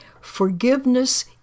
Forgiveness